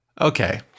Okay